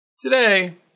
Today